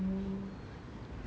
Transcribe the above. !aiyo!